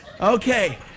okay